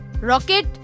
Rocket